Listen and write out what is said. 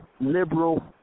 liberal